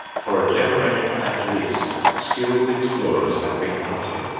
for a generation at least skilled explorers have been hunting.